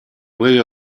puede